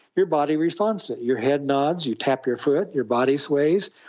your body responds to it your head nods, you tap your foot, your body sways,